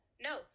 no